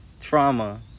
trauma